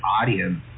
audience